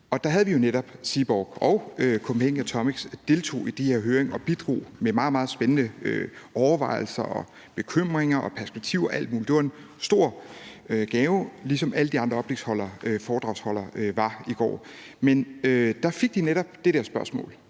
i, hvor netop Seaborg og Copenhagen Atomics deltog og bidrog med meget, meget spændende overvejelser og bekymringer og perspektiver og alt muligt. Det var en stor gave, ligesom alle de andre foredragsholdere var i går. Men der fik de netop det der spørgsmål,